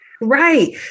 Right